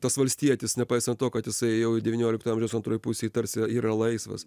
tas valstietis nepaisant to kad jisai jau devyniolikto amžiaus antroj pusėj tarsi yra laisvas